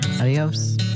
Adios